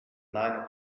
nine